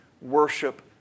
worship